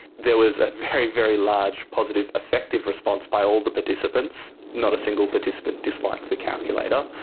there was a very, very large positive affective response by all the participants. not a single participant disliked the calculator,